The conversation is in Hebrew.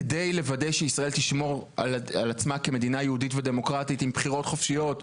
כדי שישראל תשמור על עצמה כמדינה יהודית ודמוקרטית עם בחירות חופשיות,